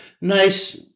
nice